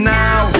now